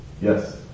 yes